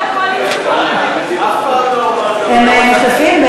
הם משתתפים,